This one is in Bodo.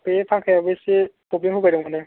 बे फांखायाबो एसे प्रब्लेम होबाय दं माने